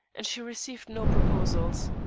and she received no proposals.